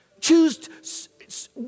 Choose